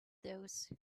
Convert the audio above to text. those